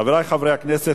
חברי חברי הכנסת,